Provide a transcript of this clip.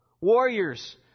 Warriors